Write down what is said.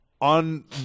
on